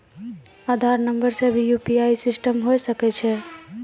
आधार नंबर से भी यु.पी.आई सिस्टम होय सकैय छै?